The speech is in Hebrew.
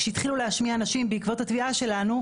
כשהתחילו להשמיע נשים בעקבות התביעה שלנו,